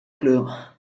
kleuren